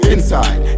Inside